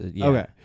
Okay